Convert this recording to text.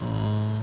orh